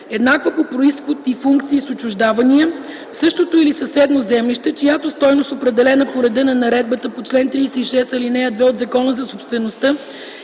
еднаква по произход и функции с отчуждавания, в същото или съседно землище, чиято стойност, определена по реда на наредбата по чл. 36, ал. 2 от Закона за собствеността